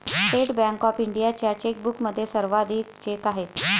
state Bank of इंडियाच्या चेकबुकमध्ये सर्वाधिक चेक आहेत